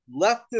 leftist